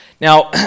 Now